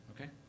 okay